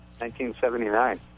1979